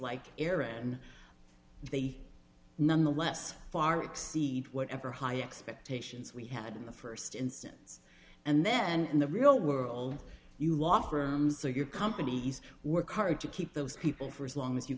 like aaron they nonetheless far exceed whatever high expectations we had in the st instance and then in the real world you law firms or your companies work hard to keep those people for as long as you